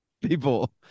people